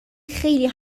خیلی